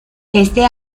este